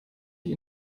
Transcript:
die